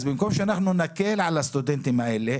במקום שנקל על הסטודנטים האלה,